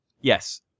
Yes